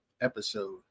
episode